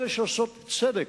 אלה שעושות צדק?